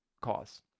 cause